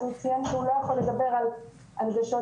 אז הוא ציין שהוא לא יכול לדבר על דרישות